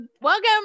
Welcome